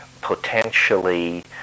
potentially